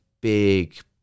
big